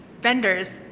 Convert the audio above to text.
vendors